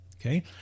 Okay